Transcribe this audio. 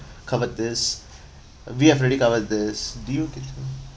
covered this we have already covered this do you get to